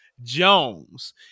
Jones